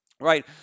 Right